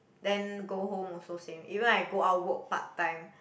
then go home also same even I go out work part time